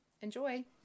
Enjoy